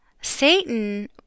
Satan